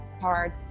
hard